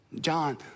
John